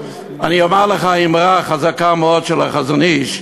אני אומר לך אמרה חזקה מאוד של החזון אי"ש.